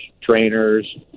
trainers